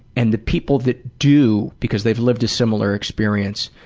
and the people that do, because they've lived a similar experience,